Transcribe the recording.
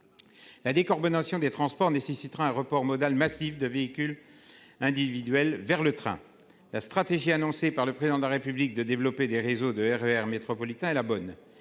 La décarbonation des transports nécessitera un report modal massif de véhicules individuels vers le train. La stratégie annoncée par le président de la République de développer des réseaux de RER métropolitains et la bonne